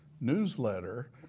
newsletter